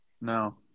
No